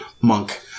monk